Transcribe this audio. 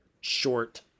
short